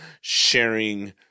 sharing